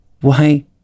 Why